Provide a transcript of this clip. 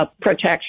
protection